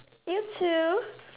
you too